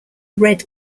red